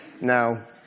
now